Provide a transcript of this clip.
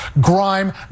Grime